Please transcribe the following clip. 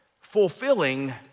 fulfilling